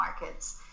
markets